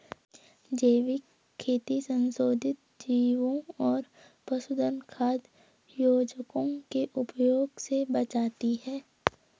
जैविक खेती संशोधित जीवों और पशुधन खाद्य योजकों के उपयोग से बचाती है